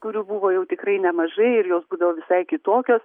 kurių buvo jau tikrai nemažai ir jos būdavo visai kitokios